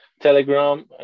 Telegram